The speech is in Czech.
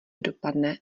dopadne